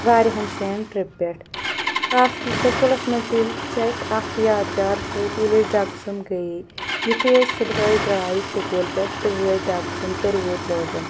وارِہَن جایَن ٹِرٛپ پٮ۪ٹھ خاص کہِ سکوٗلَس منٛز ییٚلہِ چھِ اَسہِ اَکھ یاد گار ٹِرٛپ ییٚلہِ أسۍ ڈٮ۪کسُم گٔیے یُتھُے أسۍ صُبحٲے درٛاے سکوٗل پٮ۪ٹھ تہٕ وٲتۍ ڈٮ۪کسُم تہٕ روٗد لوگُن